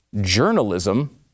journalism